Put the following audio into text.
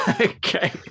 Okay